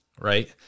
right